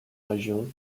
région